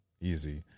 easy